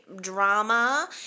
drama